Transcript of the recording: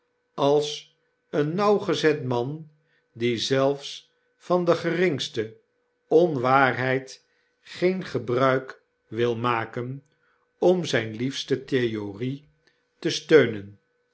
als een nauwgezet man die zelfs van de geringste onwaarheid geen gebruik wil maken om zijne liefste theorie te steunen